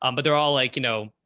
um but they're all like, you know,